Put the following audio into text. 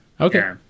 Okay